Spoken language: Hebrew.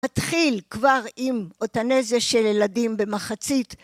התחיל כבר עם אותנזה של ילדים במחצית